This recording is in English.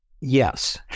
Yes